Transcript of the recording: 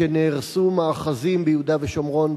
כשנהרסו מאחזים ביהודה ושומרון,